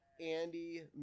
Andy